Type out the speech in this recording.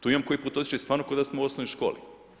Tu imam koji put osjećaj stvarno ko da smo u osnovnoj školi.